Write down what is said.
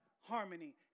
harmony